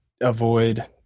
avoid